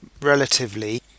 relatively